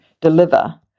deliver